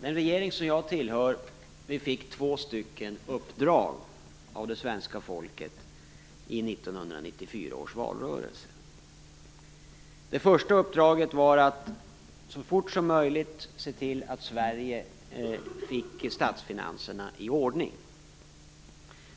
Den regering som jag tillhör fick två stycken uppdrag av det svenska folket i 1994 års valrörelse. Det första uppdraget var att så fort som möjligt se till att Sverige fick statsfinanserna i ordning.